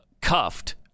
cuffed